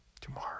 Tomorrow